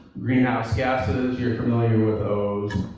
greenhouse gases, you're familiar with those.